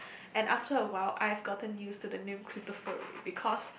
and after a while after I've gotten used to the name cristofori because